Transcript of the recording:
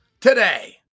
today